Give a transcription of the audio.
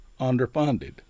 underfunded